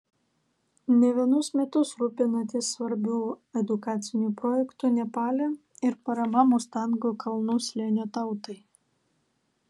ne vienus metus rūpinatės svarbiu edukaciniu projektu nepale ir parama mustango kalnų slėnio tautai